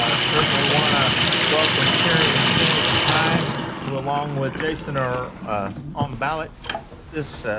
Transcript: ah certainly want to welcome carrie and janet and ty who, along with jason, are on the ballot this